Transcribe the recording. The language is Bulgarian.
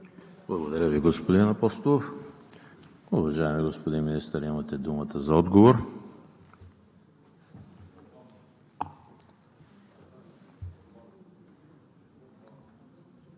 Благодаря Ви, господин Апостолов. Уважаеми господин Министър, имате думата за отговор.